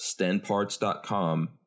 Stenparts.com